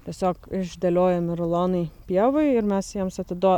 tiesiog išdėliojami rulonai pievoj ir mes jiems atiduo